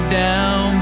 down